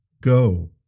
Go